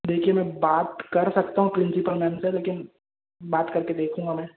देखिए मैं बात कर सकता हूँ प्रिंसिपल मैम से लेकिन बात करके देखूंगा मैं